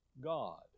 God